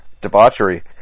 debauchery